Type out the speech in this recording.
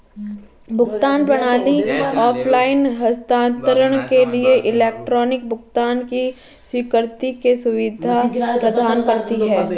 भुगतान प्रणाली ऑफ़लाइन हस्तांतरण के लिए इलेक्ट्रॉनिक भुगतान की स्वीकृति की सुविधा प्रदान करती है